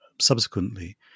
subsequently